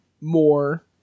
more